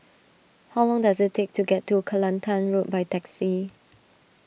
how long does it take to get to Kelantan Road by taxi